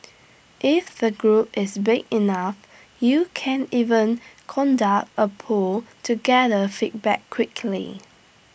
if the group is big enough you can even conduct A poll to gather feedback quickly